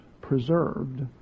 preserved